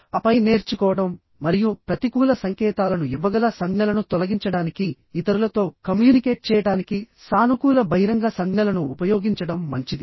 ఆపై నేర్చుకోవడం మరియు ప్రతికూల సంకేతాలను ఇవ్వగల సంజ్ఞలను తొలగించడానికి ఇతరులతో కమ్యూనికేట్ చేయడానికి సానుకూల బహిరంగ సంజ్ఞలను ఉపయోగించడం మంచిది